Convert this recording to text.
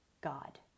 God